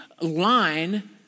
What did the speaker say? line